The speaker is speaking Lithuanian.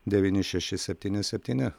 devyni šeši septyni septyni